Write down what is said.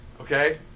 Okay